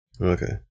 Okay